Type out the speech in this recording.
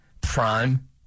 Prime